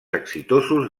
exitosos